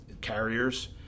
carriers